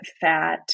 fat